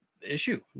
issue